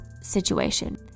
situation